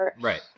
Right